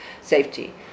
safety